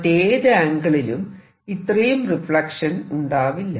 മറ്റേതു ആംഗിളിലും ഇത്രയും റിഫ്ലക്ഷൻ ഉണ്ടാവില്ല